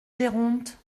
géronte